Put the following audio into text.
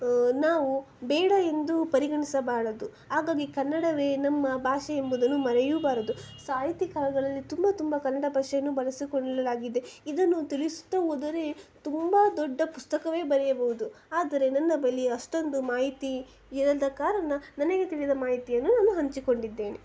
ನಾವು ಬೇಡ ಎಂದು ಪರಿಗಣಿಸಬಾರದು ಹಾಗಾಗಿ ಕನ್ನಡವೇ ನಮ್ಮ ಭಾಷೆ ಎಂಬುದನ್ನು ಮರೆಯಬಾರದು ಸಾಹಿತ್ಯ ಕಾವ್ಯಗಳಲ್ಲಿ ತುಂಬ ತುಂಬ ಕನ್ನಡದ ಭಾಷೆಯನ್ನು ಬಳಸಿಕೊಳ್ಳಲಾಗಿದೆ ಇದನ್ನು ತಿಳಿಸುತ್ತಾ ಹೋದರೆ ತುಂಬ ದೊಡ್ಡ ಪುಸ್ತಕವೇ ಬರೆಯಬಹುದು ಆದರೆ ನನ್ನ ಬಳಿ ಅಷ್ಟೊಂದು ಮಾಹಿತಿ ಇರದ ಕಾರಣ ನನಗೆ ತಿಳಿದ ಮಾಹಿತಿಯನ್ನು ನಾನು ಹಂಚಿಕೊಂಡಿದ್ದೇನೆ